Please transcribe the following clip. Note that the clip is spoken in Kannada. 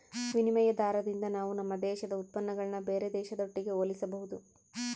ವಿನಿಮಯ ದಾರದಿಂದ ನಾವು ನಮ್ಮ ದೇಶದ ಉತ್ಪನ್ನಗುಳ್ನ ಬೇರೆ ದೇಶದೊಟ್ಟಿಗೆ ಹೋಲಿಸಬಹುದು